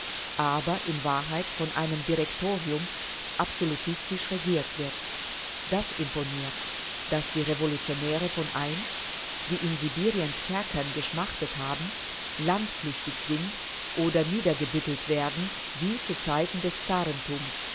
aber in wahrheit von einem direktorium absolutistisch regiert wird das imponiert daß die revolutionäre von einst die in sibiriens kerkern geschmachtet haben landflüchtig sind oder niedergebüttelt werden wie zu zeiten des